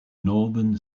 northern